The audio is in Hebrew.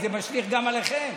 זה משליך גם עליכם.